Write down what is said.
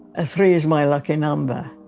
ah three is my lucky number.